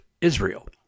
Israel